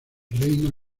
reina